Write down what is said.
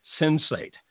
Sensate